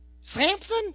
Samson